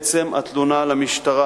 עצם התלונה למשטרה,